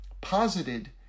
posited